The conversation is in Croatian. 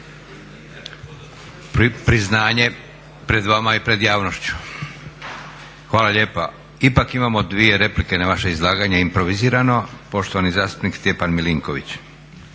Priznanje pred vama i pred javnošću. Hvala lijepa. Ipak imamo dvije replike na vaše izlaganje improvizirano. Poštovani zastupnik Stjepan Milinković.